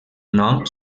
nom